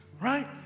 Right